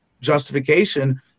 justification